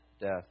death